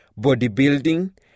bodybuilding